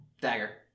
dagger